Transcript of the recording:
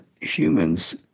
humans